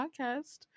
Podcast